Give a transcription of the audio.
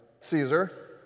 Caesar